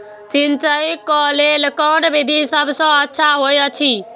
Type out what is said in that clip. सिंचाई क लेल कोन विधि सबसँ अच्छा होयत अछि?